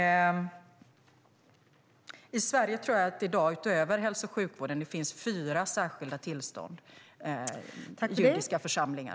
I Sverige finns i dag fyra särskilda tillstånd, utöver den för hälso och sjukvården - bland dem judiska församlingar.